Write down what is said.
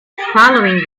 following